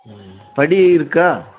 ம் படி இருக்கா